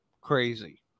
crazy